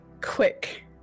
quick